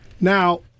now